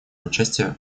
участия